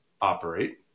operate